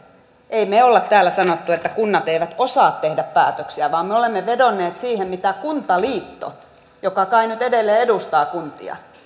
emme me ole täällä sanoneet että kunnat eivät osaa tehdä päätöksiä vaan me olemme vedonneet siihen mitä kuntaliitto joka kai nyt edelleen edustaa kuntia